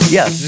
Yes